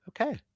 Okay